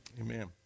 Amen